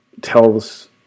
tells